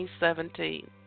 2017